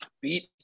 beat